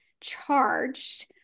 charged